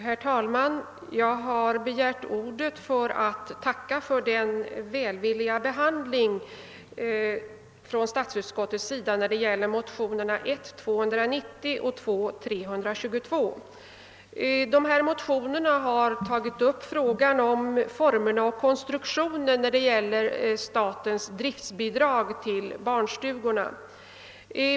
Herr talman! Jag har begärt ordet för att tacka för den välvilliga behandlingen från statsutskottets sida när det gäller motionerna I: 290 och II: 322. Dessa motioner har tagit upp frågan om formerna och konstruktionen för statens driftbidrag till barnstugorna.